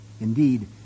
indeed